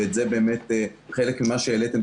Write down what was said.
וזה באמת חלק ממה שהעליתם,